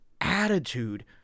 attitude